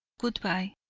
good-bye,